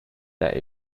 that